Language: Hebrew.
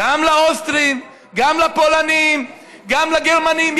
גם לאוסטרים, גם לפולנים, גם לגרמנים.